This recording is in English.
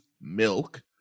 milk